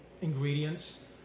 ingredients